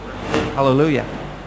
Hallelujah